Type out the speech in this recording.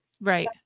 Right